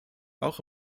auch